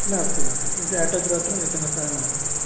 नास्ति नास्ति किञ्च अटाच् बात्रूम् एतेन सह नास्ति